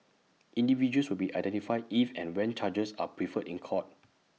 individuals will be identified if and when charges are preferred in court